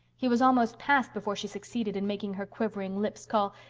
he was almost past before she succeeded in making her quivering lips call,